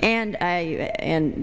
and i and